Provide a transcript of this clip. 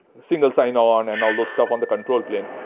single sign on and all those stuff on the control plane.